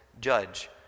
judge